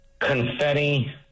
confetti